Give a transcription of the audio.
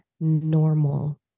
normal